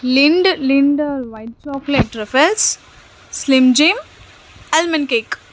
Lind Lindt white chocolate truffles స్లిమ్జింగ్ almond cake